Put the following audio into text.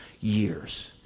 years